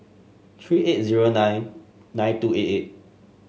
three eight zero nine nine two eight eight